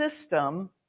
system